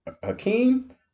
Hakeem